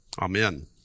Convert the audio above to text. Amen